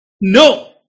No